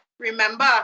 Remember